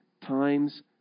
times